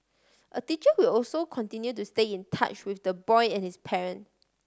a teacher will also continue to stay in touch with the boy and his parent